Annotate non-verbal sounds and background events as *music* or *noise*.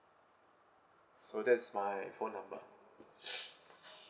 so that is my phone number *breath*